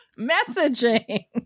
Messaging